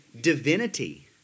divinity